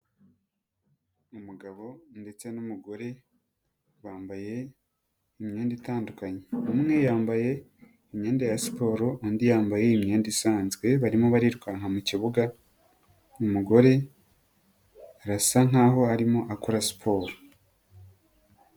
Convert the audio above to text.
Umugabo ndetse n'umugore bambaye imyenda itandukanye, umwe yambaye imyenda ya siporo undi yambaye imyenda isanzwe barimo barirukanka mu kibuga, umugore arasa nkaho arimo akora siporo.